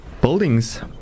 buildings